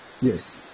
Yes